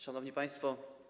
Szanowni Państwo!